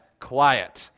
quiet